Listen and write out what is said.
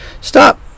stop